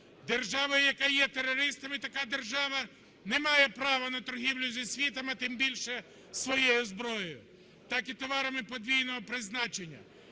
Держава, яка є терористами і така держава, не має права на торгівлю зі світом, тим більше своєю зброєю, так і товарами подвійного призначення.